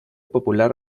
popular